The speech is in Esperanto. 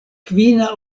kvina